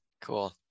Cool